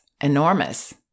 enormous